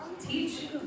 teach